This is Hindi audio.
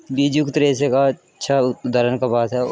बीजयुक्त रेशे का अच्छा उदाहरण कपास है